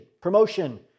promotion